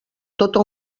tota